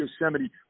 Yosemite